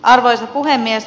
arvoisa puhemies